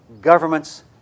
governments